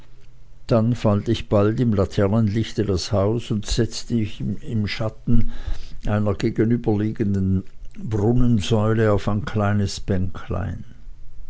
dann fand ich bald im laternenlichte das haus und setzte mich im schatten einer gegenüberstehenden brunnensäule auf ein kleines bänklein